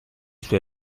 suoi